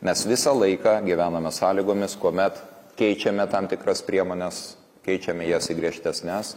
mes visą laiką gyvename sąlygomis kuomet keičiame tam tikras priemones keičiame jas į griežtesnes